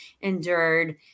endured